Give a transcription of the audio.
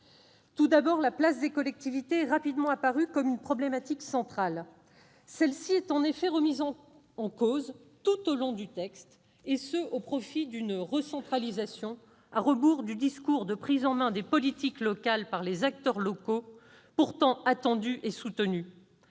Tout d'abord, la place des collectivités est rapidement apparue comme une problématique centrale. Celle-ci est en effet remise en cause tout au long du texte, et ce au profit d'une recentralisation, à rebours du discours de prise en main des politiques locales par les acteurs locaux, pourtant attendue et soutenue.